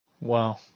Wow